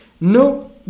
no